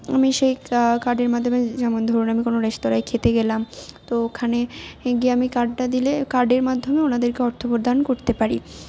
আমি সেই কার্ডের মাধ্যমে যেমন ধরুন আমি কোনো রেস্তোরাঁয় খেতে গেলাম তো ওখানে গিয়ে আমি কার্ডটা দিলে কার্ডের মাধ্যমে ওনাদেরকে অর্থপ্রদান করতে পারি